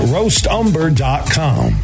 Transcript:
RoastUmber.com